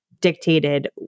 dictated